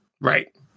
Right